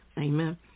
amen